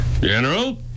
General